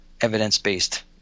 evidence-based